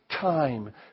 time